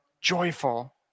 joyful